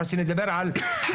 אנחנו רוצים לדבר על חיים.